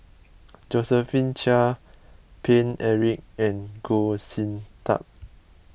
Josephine Chia Paine Eric and Goh Sin Tub